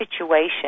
situation